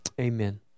Amen